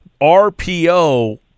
RPO